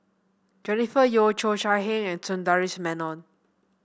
Jennifer Yeo Cheo Chai Hiang and Sundaresh Menon